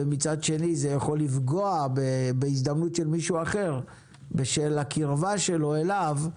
ומצד שני זה יכול לפגוע בהזדמנות של מישהו אחר בשל הקרבה שלו אליו.